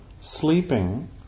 sleeping